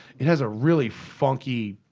it has a really funky